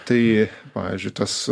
tai pavyzdžiui tas